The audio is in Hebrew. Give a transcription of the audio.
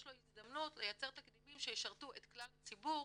לו הזדמנות לייצר תקדימים שישרתו את כלל הציבור